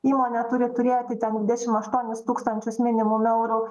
įmonė turi turėti ten dvidešim aštuonis tūkstančius minimum eurų